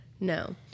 No